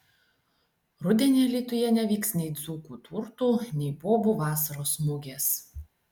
rudenį alytuje nevyks nei dzūkų turtų nei bobų vasaros mugės